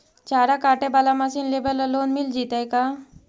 चारा काटे बाला मशीन लेबे ल लोन मिल जितै का?